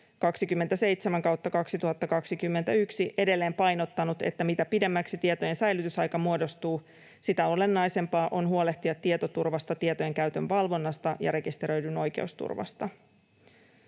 27/2021 edelleen painottanut, että mitä pidemmäksi tietojen säilytysaika muodostuu, sitä olennaisempaa on huolehtia tietoturvasta, tietojen käytön valvonnasta ja rekisteröidyn oikeusturvasta.